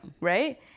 Right